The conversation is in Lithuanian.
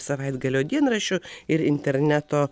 savaitgalio dienraščių ir interneto